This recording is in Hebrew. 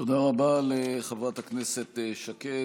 תודה רבה לחברת הכנסת שקד.